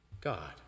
God